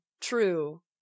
true